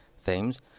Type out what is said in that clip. themes